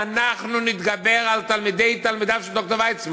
אנחנו נתגבר על תלמידי תלמידיו של ד"ר ויצמן.